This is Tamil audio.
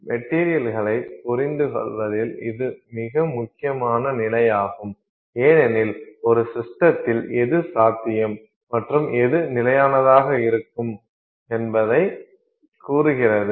மெட்டீரியல்களை புரிந்துகொள்வதில் இது மிக முக்கியமான நிலையாகும் ஏனெனில் ஒரு சிஸ்டத்தில் எது சாத்தியம் மற்றும் எது நிலையானதாக இருக்கம் என்பதைக் கூறுகிறது